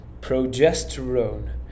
progesterone